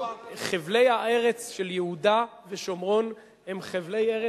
חבלי הארץ של יהודה ושומרון הם חבלי ארץ,